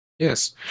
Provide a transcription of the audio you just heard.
Yes